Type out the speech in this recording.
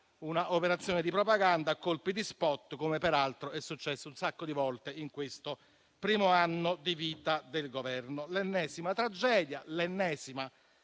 una operazione di propaganda a colpi di *spot*, come peraltro è successo molte volte in questo primo anno di vita del Governo: l'ennesima tragedia, l'ennesima